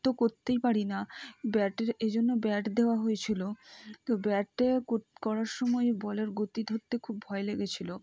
তো করতেই পারি না ব্যাটের এই জন্য ব্যাট দেওয়া হয়েছিলো তো ব্যাটে কোত করার সময় বলের গতি থাকতে খুব ভয় লেগেছিলো